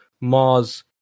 mars